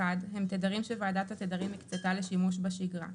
1. הם תדרים שוועדת התדרים הקצתה לשימוש בשגרה.